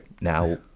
Now